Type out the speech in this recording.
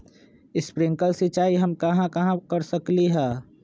Sprinkle सिंचाई हम कहाँ कहाँ कर सकली ह?